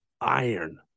iron